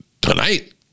tonight